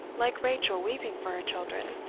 like rachel weeping for her children,